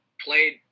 played